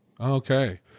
Okay